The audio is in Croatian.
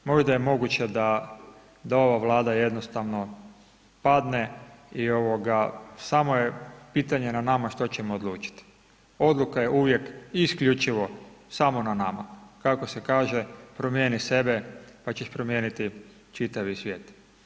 Možda je moguće da ova Vlada jednostavno padne i samo je pitanje na nama što ćemo odlučiti, odluka je uvijek isključivo samo na nama, kako se kaže, promijeni sebe, pa ćeš promijeniti čitavi svijet.